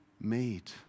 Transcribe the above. made